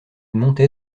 montait